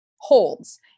holds